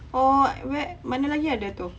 or where mana lagi ada tu